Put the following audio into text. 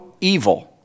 evil